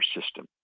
system